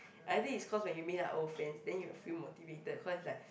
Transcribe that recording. I think it's cause you meet up old friends then you feel motivated cause it's like